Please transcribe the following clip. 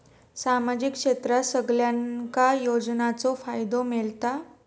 सामाजिक क्षेत्रात सगल्यांका योजनाचो फायदो मेलता?